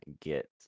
get